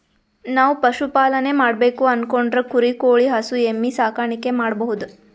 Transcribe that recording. ನಾವ್ ಪಶುಪಾಲನೆ ಮಾಡ್ಬೇಕು ಅನ್ಕೊಂಡ್ರ ಕುರಿ ಕೋಳಿ ಹಸು ಎಮ್ಮಿ ಸಾಕಾಣಿಕೆ ಮಾಡಬಹುದ್